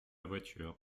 voiture